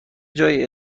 جای